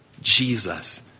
Jesus